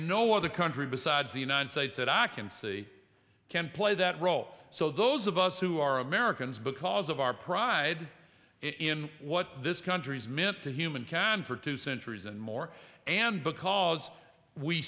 no other country besides the united states that i can see can play that role so those of us who are americans because of our pride in what this country's meant to human carry on for two centuries and more and because we